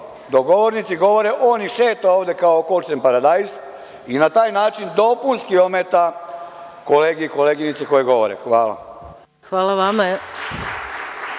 govornici govore on šeta ovde kao kočen paradajz i na taj način dopunski ometa kolege i koleginice koji govore. Hvala. **Maja